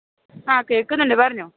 ആ കേൾക്കുന്നുണ്ട് പറഞ്ഞോ